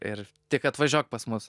ir tik atvažiuok pas mus